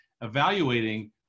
evaluating